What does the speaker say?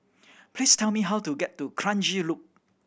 please tell me how to get to Kranji Loop